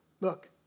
look